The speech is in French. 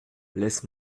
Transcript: laisse